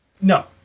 No